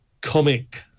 comic